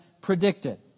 predicted